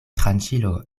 tranĉilo